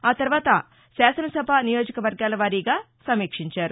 ఆ తర్వాత శాసనసభ నియోజకవర్గాల వారీగా సమీక్షించారు